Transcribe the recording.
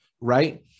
Right